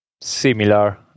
similar